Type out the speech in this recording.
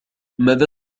ماذا